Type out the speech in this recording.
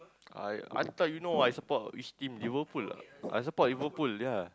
I I thought you know I support which team Liverpool ah I support Liverpool ya